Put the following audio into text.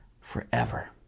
forever